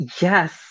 Yes